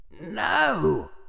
No